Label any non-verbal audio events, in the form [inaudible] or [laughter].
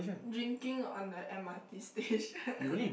drinking on the m_r_t station [laughs]